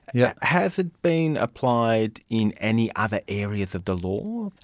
yeah has it been applied in any other areas of the law?